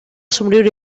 somriure